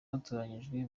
batoranyijwe